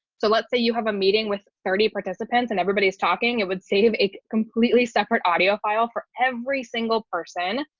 so let's say you have a meeting with thirty participants and everybody's talking it would save a completely separate audio file for every single person.